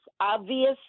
obvious